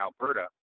Alberta